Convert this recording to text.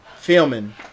filming